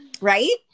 right